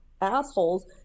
assholes